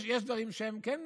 יש דברים שהם כן,